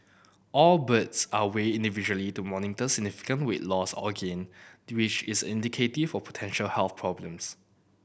all birds are weighed individually to monitor significant weight loss or gain which is indicative of potential health problems